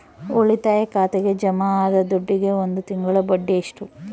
ಉಳಿತಾಯ ಖಾತೆಗೆ ಜಮಾ ಆದ ದುಡ್ಡಿಗೆ ಒಂದು ತಿಂಗಳ ಬಡ್ಡಿ ಎಷ್ಟು?